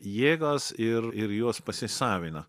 jėgas ir ir jos pasisavina